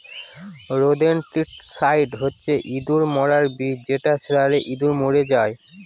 rodenticide হচ্ছে ইঁদুর মারার বিষ যেটা ছড়ালে ইঁদুর মরে যায়